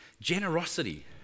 generosity